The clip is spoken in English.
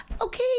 Okay